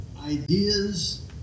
ideas